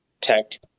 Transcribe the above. tech